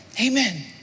Amen